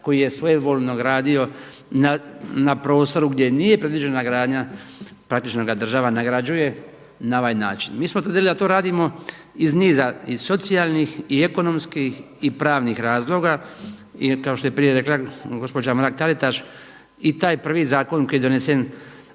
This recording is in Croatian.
koji je svojevoljno gradio na prostoru gdje nije predviđena gradnja praktično ga država nagrađuje na ovaj način. Mi smo tvrdili da to radimo iz niza, iz socijalnih, i ekonomskih, i pravnih razloga jer kao što je prije rekla gospođa Mrak-Taritaš i taj prvi zakon koji je donesen